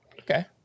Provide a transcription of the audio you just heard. Okay